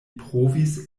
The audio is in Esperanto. provis